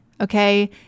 okay